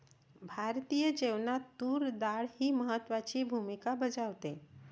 भारतीय जेवणात तूर डाळ ही महत्त्वाची भूमिका बजावते